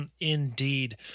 indeed